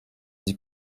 sie